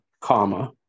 comma